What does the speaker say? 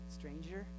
stranger